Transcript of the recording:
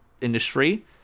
industry